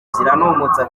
ziranumutsa